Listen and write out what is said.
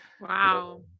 Wow